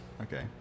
Okay